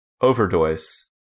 overdose